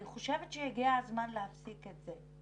אני חושבת שהגיע הזמן להפסיק את זה.